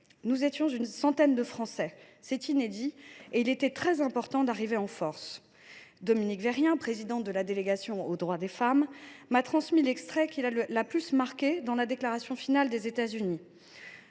Nous étions une centaine de Français ; c’était inédit, et il était très important d’arriver en force. Dominique Vérien, présidente de la Délégation aux droits des femmes, m’a transmis l’extrait qui l’a le plus marquée dans la déclaration finale des États Unis